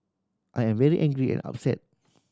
I am very angry and upset